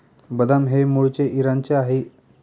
बदाम हे मूळचे इराणचे आहे